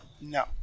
No